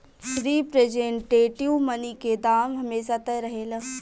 representative money के दाम हमेशा तय रहेला